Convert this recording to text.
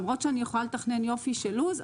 למרות שאני יכולה לתכנן יופי של לו"ז,